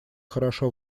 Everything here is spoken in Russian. хорошо